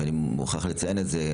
ואני מוכרח לציין את זה,